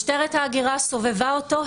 משטרת ההגירה סובבה אותו,